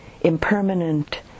impermanent